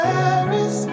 Paris